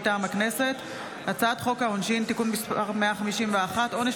מטעם הכנסת: הצעת חוק העונשין (תיקון מס' 151) (עונש